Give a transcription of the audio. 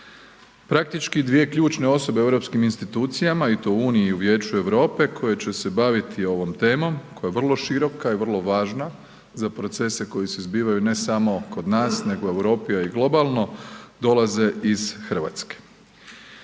Praktički dvije ključne osobe u europskim institucijama i to u Uniji i u Vijeću Europe koje će se baviti ovom temom koja je vrlo široka i vrlo važna za procese koji se zbivaju ne samo kod nas nego i u Europi a i globalno dolaze iz Hrvatske.